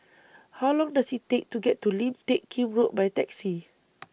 How Long Does IT Take to get to Lim Teck Kim Road By Taxi